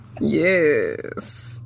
Yes